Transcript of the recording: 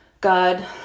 God